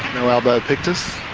no albopictus?